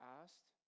asked